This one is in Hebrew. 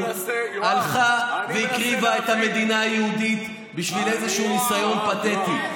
הלכה והקריבה את המדינה היהודית בשביל איזשהו ניסיון פתטי.